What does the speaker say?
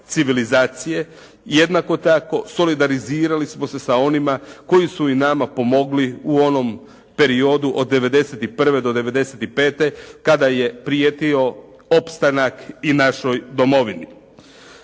civilizacije. Jednako tako solidarizirali smo se sa onima koji su i nama pomogli u onom periodu od 1991. do 1995. kada je prijetio opstanak i našoj domovini.